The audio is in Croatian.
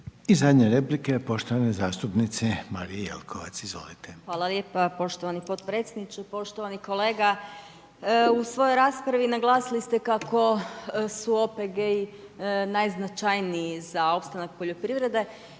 I zadnja replika je poštovane zastupnice Marije Jelkovac, izvolite. **Jelkovac, Marija (HDZ)** Hvala lijepa poštovani potpredsjedniče. Poštovani kolega, u svojoj raspravi naglasili ste kako su OPG-i najznačajniji za opstanak poljoprivrede.